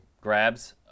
grabs